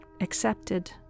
accepted